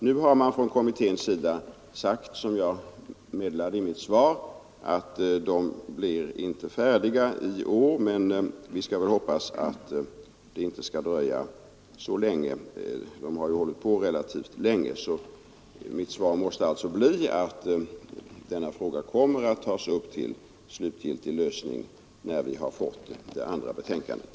Nu har kommittén, som jag sade i mitt svar, meddelat att den inte blir färdig i år, men vi skall väl hoppas att det inte skall dröja så lång tid; den har ju hållit på relativt länge. Mitt svar måste alltså bli att denna fråga kommer att tas upp till slutgiltig lösning när vi har fått det andra betänkandet.